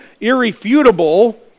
irrefutable